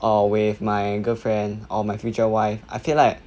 or with my girlfriend or my future wife I feel like